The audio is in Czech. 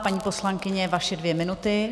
Paní poslankyně, vaše dvě minuty.